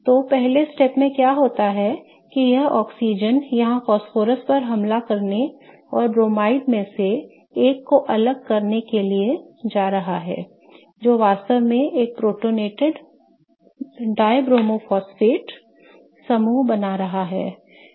तो पहले चरण में क्या होता है यह ऑक्सीजन यहां फास्फोरस पर हमला करने और ब्रोमाइड में से एक को अलग करने के लिए जा रहा है जो वास्तव में एक प्रोटोनेटेड डिब्रोमो फॉस्फेट समूह बना रहा है